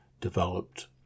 Developed